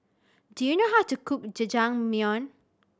do you know how to cook Jajangmyeon